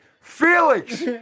Felix